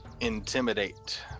Intimidate